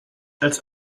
als